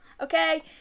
okay